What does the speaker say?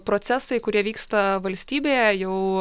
procesai kurie vyksta valstybėje jau